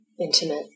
intimate